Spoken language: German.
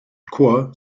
chor